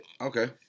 Okay